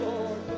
Lord